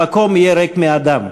המקום יהיה ריק מאדם.